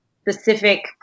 specific